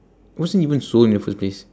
it wasn't even sold in the first place